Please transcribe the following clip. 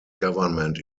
government